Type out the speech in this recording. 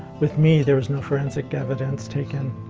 with me there was no forensic evidence taken,